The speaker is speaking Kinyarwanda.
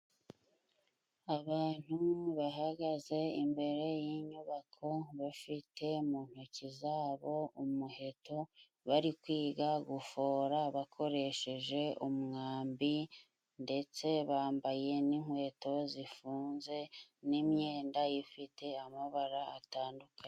Abantu bahagaze imbere y,inyubako, bafite mu ntoki zabo umuheto, bari kwiga gufora bakoresheje umwambi, ndetse bambaye n'inkweto zifunze, n'imyenda ifite amabara atandukanye.